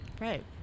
Right